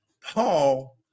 Paul